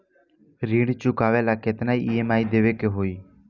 ऋण चुकावेला केतना ई.एम.आई देवेके होई?